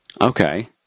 Okay